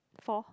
four